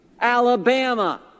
Alabama